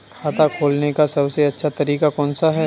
खाता खोलने का सबसे अच्छा तरीका कौन सा है?